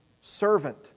servant